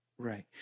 Right